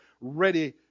ready